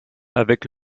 avec